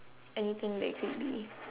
anything that could be